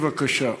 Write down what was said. בבקשה.